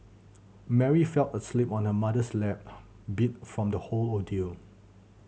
Mary fell asleep on her mother's lap beat from the whole ordeal